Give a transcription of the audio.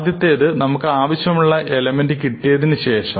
ആദ്യത്തേത് നമുക്ക് ആവശ്യമുള്ള എലമെന്റ് കിട്ടിയതിനുശേഷം